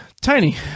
Tiny